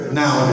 now